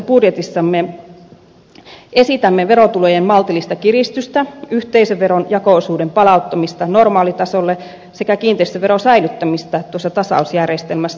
vaihtoehtoisessa budjetissamme esitämme verotulojen maltillista kiristystä yhteisöveron jako osuuden palauttamista normaalitasolle sekä kiinteistöveron säilyttämistä tuossa tasausjärjestelmässä